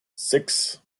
six